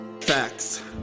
facts